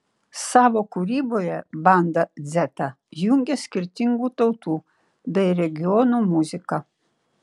savo kūryboje banda dzeta jungia skirtingų tautų bei regionų muziką